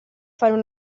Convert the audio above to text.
fare